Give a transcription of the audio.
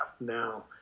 now